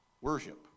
worship